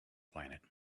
planet